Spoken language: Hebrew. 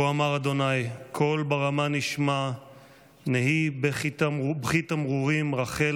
"כה אמר ה' קול ברמה נשמע נהי בכי תמרורים רחל